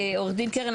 עורך דין קרן,